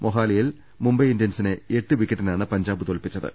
മൊഹാലിയിൽ മുംബൈ ഇന്ത്യൻസിനെ എട്ടു വിക്കറ്റിനാണ് പഞ്ചാബ് തോൽപിച്ചത്